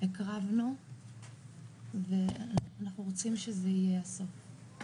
הקרבנו ואנחנו רוצים שזה יהיה הסוף,